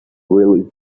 really